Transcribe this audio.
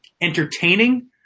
entertaining